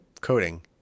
coding